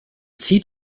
zieh